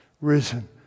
risen